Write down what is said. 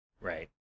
Right